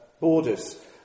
borders